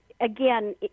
again